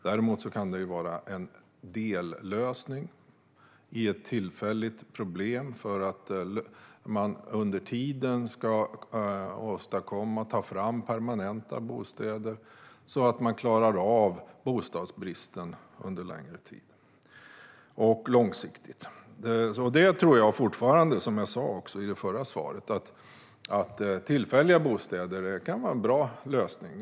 Däremot kan det vara en dellösning i ett tillfälligt problem, så att man under tiden kan få fram permanenta bostäder så att man klarar av bostadsbristen långsiktigt. Precis som jag sa i mitt förra svar tror jag att tillfälliga bostäder kan vara en bra lösning.